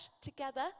together